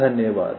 धन्यवाद